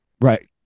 right